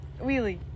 wheelie